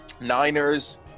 Niners